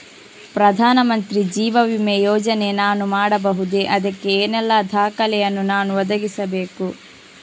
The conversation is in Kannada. ಪ್ರಧಾನ ಮಂತ್ರಿ ಜೀವ ವಿಮೆ ಯೋಜನೆ ನಾನು ಮಾಡಬಹುದೇ, ಅದಕ್ಕೆ ಏನೆಲ್ಲ ದಾಖಲೆ ಯನ್ನು ನಾನು ಒದಗಿಸಬೇಕು?